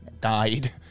died